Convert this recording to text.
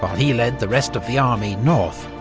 he led the rest of the army north,